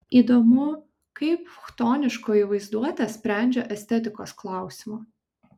įdomu kaip chtoniškoji vaizduotė sprendžia estetikos klausimą